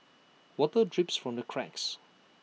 water drips from the cracks